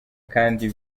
kandi